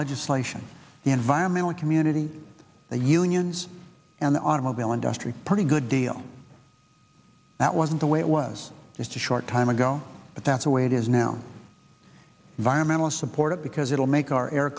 legislation the environmental community the unions and the automobile industry pretty good deal that wasn't the way it was just a short time ago but that's the way it is now environmentalist support it because it will make our air